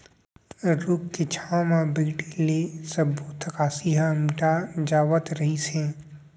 रूख के छांव म बइठे ले सब्बो थकासी ह मिटा जावत रहिस हे